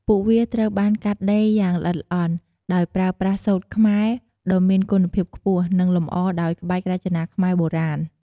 ពួកវាត្រូវបានកាត់ដេរយ៉ាងល្អិតល្អន់ ដោយប្រើប្រាស់ សូត្រខ្មែរដ៏មានគុណភាពខ្ពស់ និងលម្អដោយ ក្បាច់រចនាខ្មែរបុរាណ។